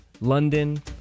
London